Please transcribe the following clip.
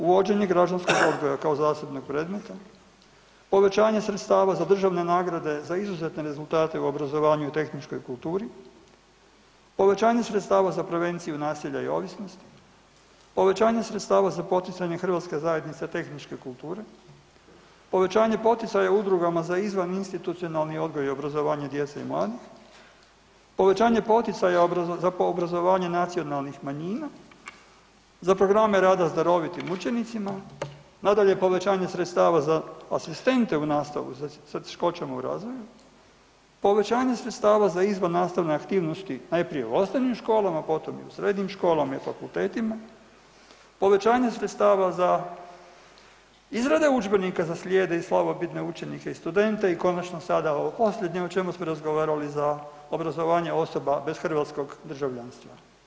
Uvođenje građanskog odgoja kao zasebnog predmeta, povećanje sredstava za državne nagrade za izuzetne rezultate u obrazovanju i tehničkoj kulturi, povećanje sredstava za prevenciju nasilja i ovisnosti, povećanje sredstava za poticanje hrvatske zajednice tehničke kulture, povećanje poticaja udrugama za izvaninstitucionalni odgoj i obrazovanje djece i mladih, povećanje poticaja za obrazovanje nacionalnih manjina, za programe rada s darovitim učenicima, nadalje povećanje sredstava za asistente u nastavu za teškoćama u razvoju, povećanje sredstava za izvannastavne aktivnosti najprije u osnovnim školama, potom i u srednjim školama i u fakultetima, povećanje sredstava za izrade udžbenika za slijepe i slabovidne učenike i studente i konačno sada ovo posljednje o čemu smo razgovarali i za obrazovanje osoba bez hrvatskog državljanstva.